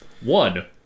One